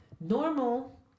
Normal